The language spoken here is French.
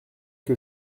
que